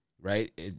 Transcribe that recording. right